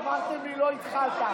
אמרתם לי: לא התחלת,